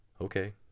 Okay